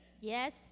Yes